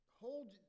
hold